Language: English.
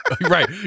Right